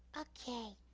okay.